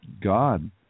God